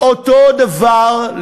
משפרי דיור.